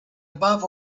above